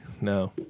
No